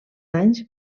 anys